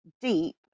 deep